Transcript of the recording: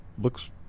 looks